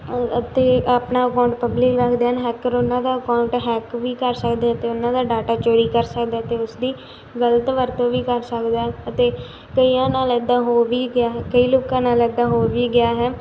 ਔਰ ਅਤੇ ਆਪਣਾ ਅਕਾਊਂਟ ਪਬਲਿਕ ਰੱਖਦੇ ਹਨ ਹੈਕਰ ਉਹਨਾਂ ਦਾ ਅਕਾਊਂਟ ਹੈਕ ਵੀ ਕਰ ਸਕਦੇ ਅਤੇ ਉਹਨਾਂ ਦਾ ਡਾਟਾ ਚੋਰੀ ਕਰ ਸਕਦਾ ਅਤੇ ਉਸਦੀ ਗਲਤ ਵਰਤੋਂ ਵੀ ਕਰ ਸਕਦੇ ਹੈ ਅਤੇ ਕਈਆਂ ਨਾਲ ਇੱਦਾਂ ਹੋ ਵੀ ਗਿਆ ਹੈ ਕਈ ਲੋਕਾਂ ਨਾਲ ਇੱਦਾਂ ਹੋ ਵੀ ਗਿਆ ਹੈ